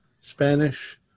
Spanish